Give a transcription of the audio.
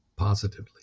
positively